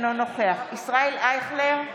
אינו נוכח ישראל אייכלר,